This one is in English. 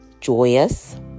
Joyous